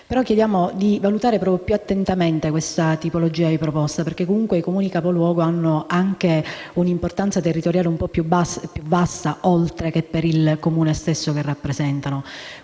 Chiediamo però di valutare più attentamente questa tipologia di proposta, perché comunque i Comuni capoluogo hanno anche un'importanza territoriale un po' più vasta, oltre che per il Comune stesso che rappresentano.